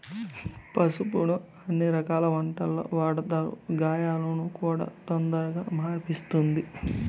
పసుపును అన్ని రకాల వంటలల్లో వాడతారు, గాయాలను కూడా తొందరగా మాన్పిస్తది